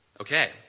Okay